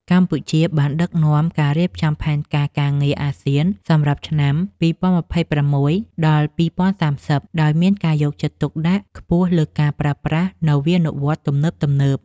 កម្ពុជាបានដឹកនាំការរៀបចំផែនការការងារអាស៊ានសម្រាប់ឆ្នាំ ២០២៦ ដល់ ២០៣០ ដោយមានការយកចិត្តទុកដាក់ខ្ពស់លើការប្រើប្រាស់នវានុវត្តន៍ទំនើបៗ។